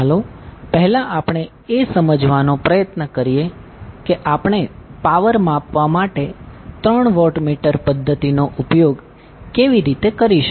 ચાલો પહેલા આપણે એ સમજવાનો પ્રયત્ન કરીએ કે આપણે પાવર માપવા માટે ત્રણ વોટમીટર પદ્ધતિનો ઉપયોગ કેવી રીતે કરીશું